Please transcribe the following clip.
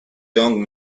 young